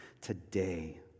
today